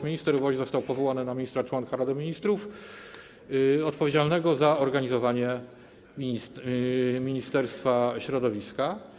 Minister Woś został powołany na ministra członka Rady Ministrów odpowiedzialnego za organizowanie Ministerstwa Środowiska.